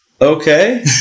Okay